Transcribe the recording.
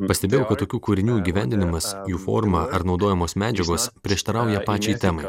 pastebėjau kad tokių kūrinių įgyvendinimas jų forma ar naudojamos medžiagos prieštarauja pačiai temai